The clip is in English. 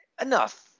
enough